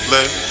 Let